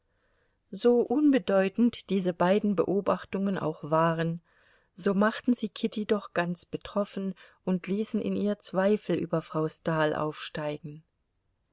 so unbedeutend diese beiden beobachtungen auch waren so machten sie kitty doch ganz betroffen und ließen in ihr zweifel über frau stahl aufsteigen